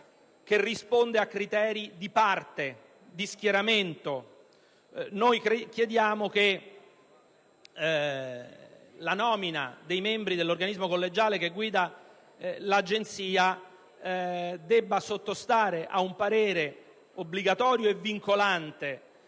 che risponde a criteri di parte, di schieramento. Chiediamo che la nomina dei membri dell'organismo collegiale che guida l'Agenzia debba sottostare ad un parere obbligatorio e vincolante